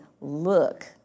look